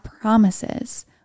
promises